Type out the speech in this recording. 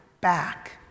back